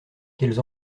quelles